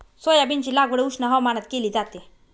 सोयाबीनची लागवड उष्ण हवामानात केली जाते